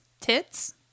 tits